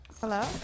Hello